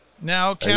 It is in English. Now